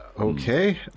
Okay